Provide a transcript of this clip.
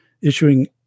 issuing